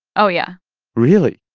oh, yeah really?